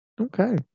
Okay